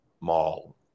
mall